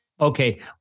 Okay